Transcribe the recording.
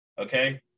okay